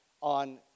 on